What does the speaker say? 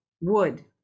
wood